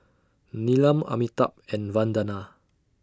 Neelam Amitabh and Vandana